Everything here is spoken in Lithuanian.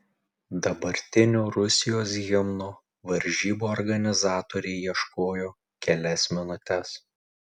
dabartinio rusijos himno varžybų organizatoriai ieškojo kelias minutes